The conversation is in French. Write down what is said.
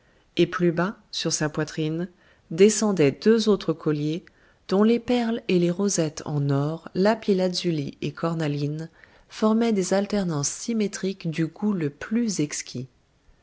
et plus bas sur sa poitrine descendaient deux autres colliers dont les perles et les rosettes en or lapis-lazuli et cornaline formaient des alternances symétriques du goût le plus exquis